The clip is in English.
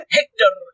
Hector